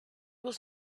was